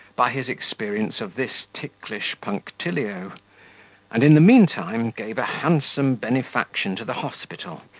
by his experience of this ticklish punctilio and, in the meantime, gave a handsome benefaction to the hospital,